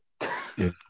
Yes